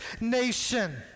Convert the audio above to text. nation